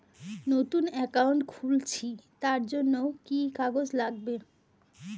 নতুন অ্যাকাউন্ট খুলছি তার জন্য কি কি কাগজ লাগবে?